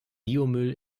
biomüll